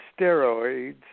steroids